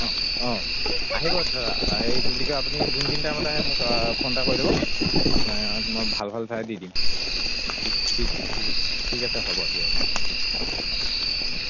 অঁ অঁ আহিব দাদা হেৰি কি বুলি কয় আপুনি যোন খিনি টাইমত আহে মোক ফোন এটা কৰি ল'ব আপোনাৰ মই ভাল ভাল ঠাই দি দিম ঠিক ঠিক ঠিক ঠিক আছে হ'ব দিয়ক অঁ ঠিক আছে অঁ অঁ